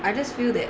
I just feel that